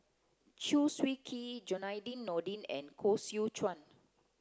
Chew Swee Kee Zainudin Nordin and Koh Seow Chuan